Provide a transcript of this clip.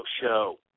Show